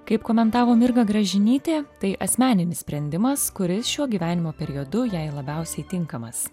kaip komentavo mirga gražinytė tai asmeninis sprendimas kuris šiuo gyvenimo periodu jai labiausiai tinkamas